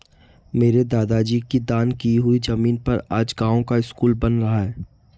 मेरे दादाजी की दान की हुई जमीन पर आज गांव का स्कूल बन रहा है